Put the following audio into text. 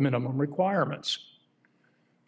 minimum requirements